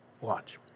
Watch